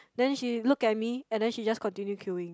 then she look at me and then she just continue queueing